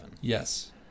Yes